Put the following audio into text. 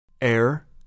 Air